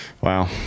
Wow